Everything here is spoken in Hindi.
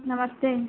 नमस्ते